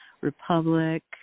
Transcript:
Republic